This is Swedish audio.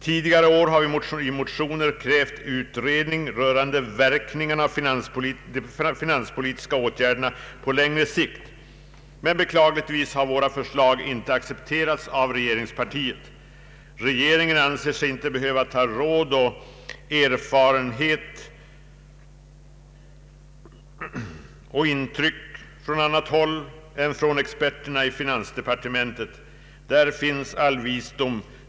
Tidigare i år har vi i motioner krävt utredning rörande verkningarna av de finanspolitiska åtgärderna på längre sikt, men beklagligtvis har våra förslag inte accepterats av regeringspartiet. Regeringen anser sig inte behöva ta råd och intryck från annat håll än från experterna i finansdepartementet. Där fians all visdom.